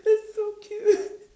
that's so cute